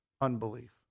unbelief